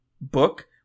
book